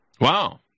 Wow